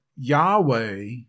Yahweh